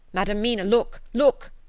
madam mina, look! look!